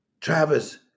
Travis